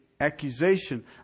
accusation